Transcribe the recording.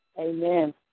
Amen